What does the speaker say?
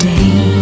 Day